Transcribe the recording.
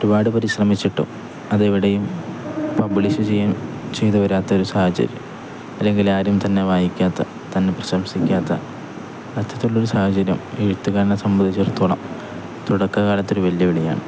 ഒരുപാടു പരിശ്രമിച്ചിട്ടും അതെവിടെയും പബ്ലിഷ് ചെയ്തുവരാത്തൊരു സാഹചര്യം അല്ലെങ്കിൽ ആരും തന്നെ വായിക്കാത്ത തന്നെ പ്രശംസിക്കാത്ത അത്തരത്തിലുള്ളൊരു സാഹചര്യം എഴുത്തുകാരനെ സംബന്ധിച്ചിടത്തോളം തുടക്കകാലത്തൊരു വെല്ലുവിളിയാണ്